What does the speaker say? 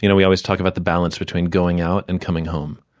you know we always talk about the balance between going out and coming home.